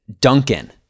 Duncan